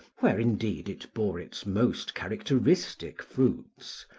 where, indeed, it bore its most characteristic fruits,